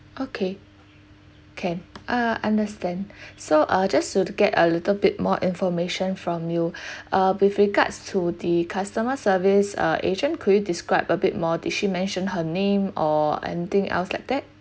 okay can uh understand so uh just to get a little bit more information from you uh with regards to the customer service uh agent could you describe a bit more did she mention her name or anything else like that